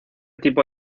tipo